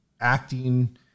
acting